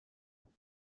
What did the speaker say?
six